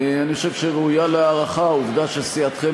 אני חושב שראויה להערכה העובדה שסיעתכם